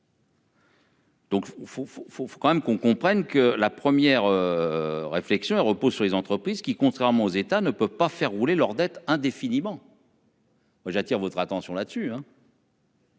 faut faut quand même qu'on comprenne que la première. Réflexion et repose sur les entreprises qui, contrairement aux États ne peuvent pas faire rouler leurs dettes indéfiniment.-- Moi j'attire votre attention là-dessus.